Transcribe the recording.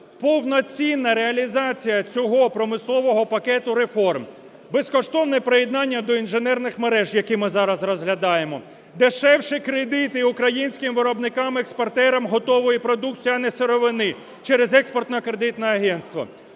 Повноцінна реалізація цього промислового пакету реформ, безкоштовне приєднання до інженерних мереж, який ми зараз розглядаємо. Дешевші кредити українським виробникам – експортерам готової продукції, а не сировини – через Експортно-кредитне агентство.